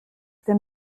dem